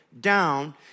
down